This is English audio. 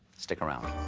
stick around.